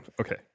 okay